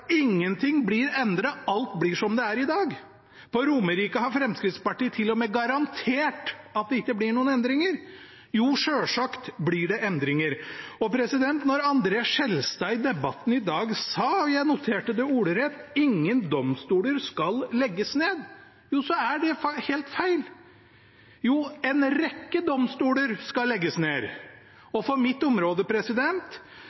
ingenting blir endret, alt blir som det er i dag. På Romerike har Fremskrittspartiet til og med garantert at det ikke blir noen endringer. Jo, selvsagt blir det endringer. Når André N. Skjelstad i debatten i dag sa – og jeg noterte det ordrett – at ingen domstoler skal legges ned, så er det helt feil. En rekke domstoler skal legges ned.